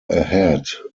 ahead